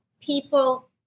people